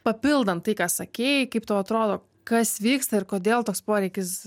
papildant tai ką sakei kaip tau atrodo kas vyksta ir kodėl toks poreikis